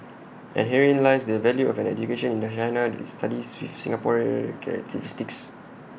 and herein lies the value of an education in China studies with Singapore characteristics